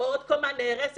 או עוד קומה נהרסת,